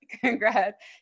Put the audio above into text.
Congrats